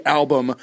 album